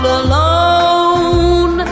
alone